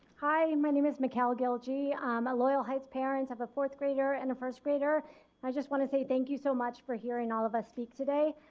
hi, my name is mykcal um loyal heights parent of a fourth grader and a first grader and i just want to say thank you so much for hearing all of us speak today.